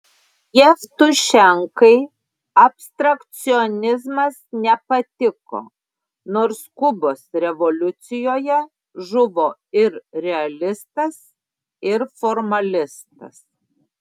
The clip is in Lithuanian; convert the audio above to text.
jevtušenkai abstrakcionizmas nepatiko nors kubos revoliucijoje žuvo ir realistas ir formalistas